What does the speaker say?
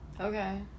Okay